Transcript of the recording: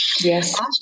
Yes